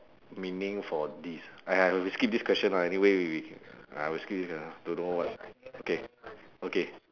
meaning for this !aiya! we skip this question lah anyway we ah we skip this question don't know what okay okay